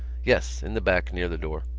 yes, in the back near the door.